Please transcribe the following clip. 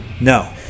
No